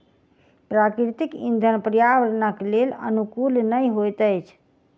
प्राकृतिक इंधन पर्यावरणक लेल अनुकूल नहि होइत अछि